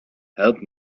help